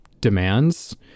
demands